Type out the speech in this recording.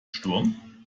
sturm